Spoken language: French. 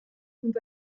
sont